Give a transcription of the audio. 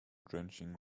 drenching